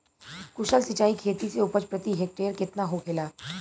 कुशल सिंचाई खेती से उपज प्रति हेक्टेयर केतना होखेला?